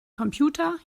computer